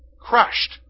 Crushed